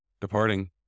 Departing